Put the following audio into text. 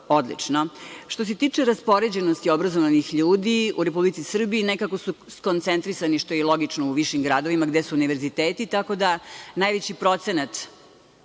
odlično. Što se tiče raspoređenosti obrazovanih ljudi u Republici Srbiji, nekako su skoncentrisani, što je i logično, u višim gradovima gde su univerziteti, tako da najveći procenat,